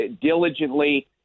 diligently